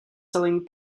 selling